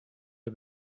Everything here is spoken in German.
der